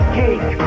cake